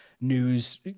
news